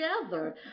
Together